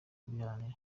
kubiharanira